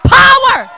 power